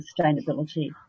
sustainability